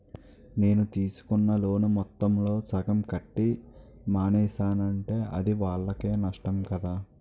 నేను తీసుకున్న లోను మొత్తంలో సగం కట్టి మానేసానంటే అది వాళ్ళకే నష్టం కదా